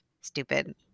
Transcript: stupid